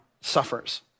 suffers